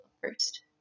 first